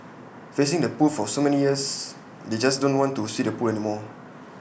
facing the pool for so many years they just don't want to see the pool anymore